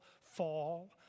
fall